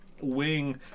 wing